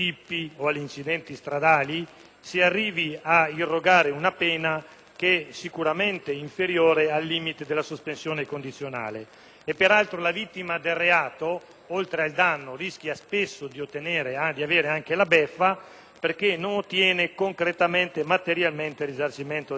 che è sicuramente inferiore al limite della sospensione condizionale. Peraltro, la vittima del reato oltre al danno spesso rischia anche la beffa perché non ottiene concretamente il risarcimento del danno subito. Per questi casi, se il Parlamento volesse